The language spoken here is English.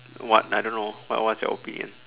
what I don't know what what's your opinion